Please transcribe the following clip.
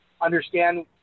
understand